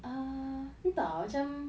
err entah macam